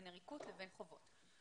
בין עריקות לבין חובות.